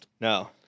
No